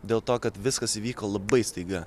dėl to kad viskas įvyko labai staiga